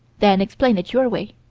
then explain it your way.